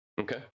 Okay